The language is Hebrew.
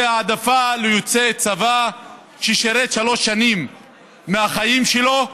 זאת העדפה ליוצא צבא ששירת שלוש שנים מהחיים שלו,